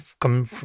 come